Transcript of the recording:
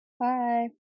bye